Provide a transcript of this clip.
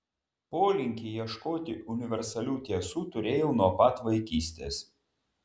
polinkį ieškoti universalių tiesų turėjau nuo pat vaikystės